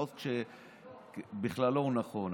החוק בכללו הוא נכון,